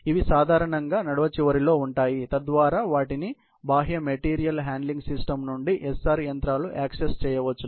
ఇవి సాధారణంగా నడవ చివరిలో ఉంటాయి తద్వారా వాటిని బాహ్య మెటీరియల్ హ్యాండ్లింగ్ సిస్టమ్ నుండి SR యంత్రాలు యాక్సెస్ చేయవచ్చు